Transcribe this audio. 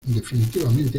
definitivamente